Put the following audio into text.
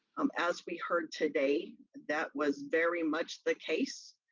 um as we heard today, that was very much the case.